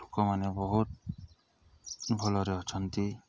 ଲୋକମାନେ ବହୁତ ଭଲରେ ଅଛନ୍ତି